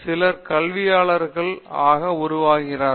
சிலர் கல்வியாளர்கள் ஆக உருவாகிறார்கள்